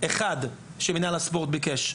לא נפסל אחד שמינהל הספורט ביקש.